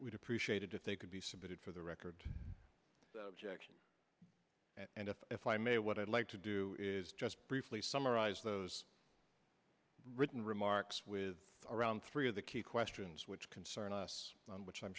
we'd appreciate it if they could be submitted for the record checks and if i may what i'd like to do is just briefly summarize those written remarks with around three of the key questions which concern us which i'm